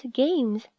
games